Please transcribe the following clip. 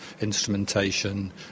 instrumentation